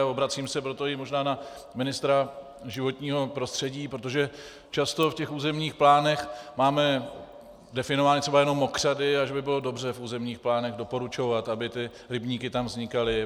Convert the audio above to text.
Obracím se proto možná i na ministra životního prostředí, protože často v těch územních plánech máme definovány třeba jenom mokřady a bylo by dobře v územních plánech doporučovat, aby ty rybníky tam vznikaly.